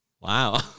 Wow